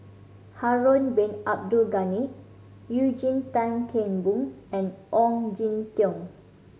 Harun Bin Abdul Ghani Eugene Tan Kheng Boon and Ong Jin Teong